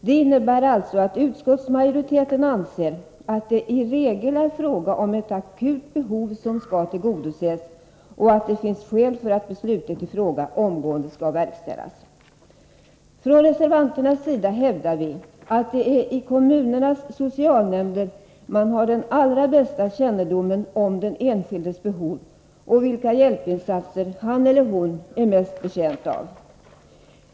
Det innebär alltså att utskottsmajoriteten anser att det i regel är fråga om ett akut behov som skall tillgodoses och att det finns skäl för att beslutet i fråga omgående skall verkställas. ; Från reservanternas sida hävdar vi att det är i kommunernas socialnämnder man har den allra bästa kännedomen om den enskildes behov, och om vilka hjälpinsatser han eller hon är mest betjänt av.